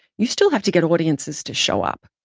you still have to get audiences to show up.